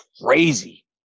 crazy